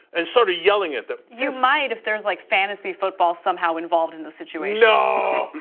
and started yelling at them. you might if there's like fantasy football somehow involved in the situation. no.